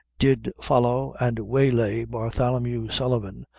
did follow and waylay bartholomew sullivan,